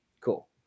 Cool